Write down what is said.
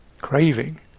Craving